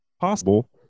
possible